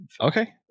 Okay